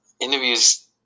interviews